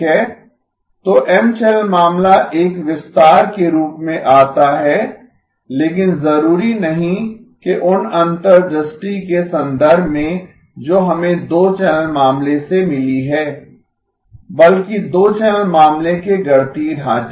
तो M channel मामला एक विस्तार के रूप में आता है लेकिन जरूरी नहीं कि उन अंतर्दृष्टि के संदर्भ में जो हमें दो चैनल मामले से मिली हैं बल्कि दो चैनल मामले के गणितीय ढांचे से